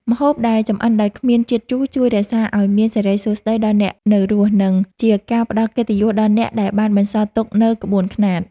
ម្ហូបដែលចម្អិនដោយគ្មានជាតិជូរជួយរក្សាឱ្យមានសិរីសួស្តីដល់អ្នកនៅរស់ និង ជាការផ្ដល់កិត្តិយសដល់អ្នកដែលបានបន្សល់ទុកនូវក្បួនខ្នាត។